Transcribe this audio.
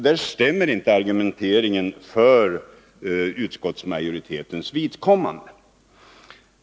Där stämmer inte argumenteringen för utskottsmajoritetens vidkommande.